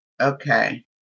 Okay